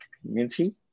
community